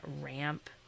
ramp